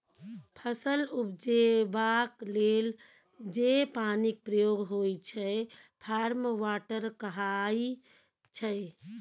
फसल उपजेबाक लेल जे पानिक प्रयोग होइ छै फार्म वाटर कहाइ छै